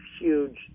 Huge